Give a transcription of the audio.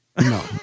No